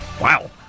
wow